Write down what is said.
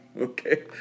okay